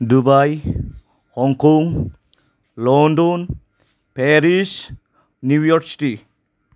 Dubai Hong Kong London Paris New York city